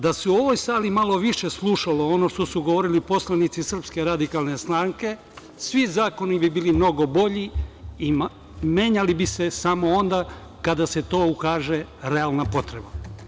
Da se u ovoj sali malo više slušalo ono što su govorili poslanici SRS, svi zakoni bi bili mnogo bolji i menjali bi se samo onda kada se za to ukaže realna potreba.